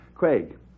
Craig